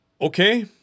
okay